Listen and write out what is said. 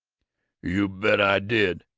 you bet i did.